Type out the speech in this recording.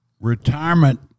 retirement